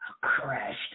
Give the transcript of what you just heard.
Crashed